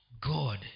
God